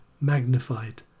magnified